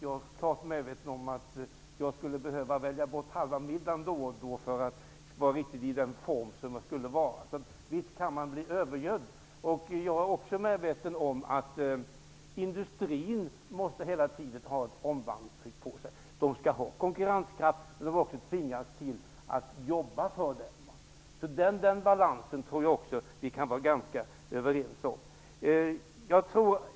Jag skulle då och då behöva att välja bort halva middagen för att kunna vara i den form som jag borde vara. Visst kan man bli övergödd. Jag är också medveten om att industrin hela tiden måste ha ett omvandlingstryck på sig. Industrin skall ha konkurrenskraft, men den skall också tvingas till att jobba för denna. Den balansen kan vi nog också vara ganska överens om.